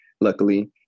Luckily